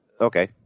Okay